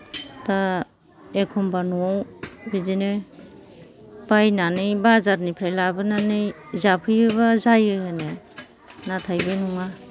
दा एखमबा न'आव बिदिनो बायनानै बाजारनिफ्राइ लाबोनानै जाफैयो बा जायो होनो नाथाय बे नङा